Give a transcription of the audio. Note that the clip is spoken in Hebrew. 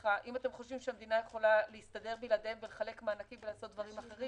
השגה על שומה או בקשה שאדם רשאי להגיש לרשות על דברים כאלה לתת את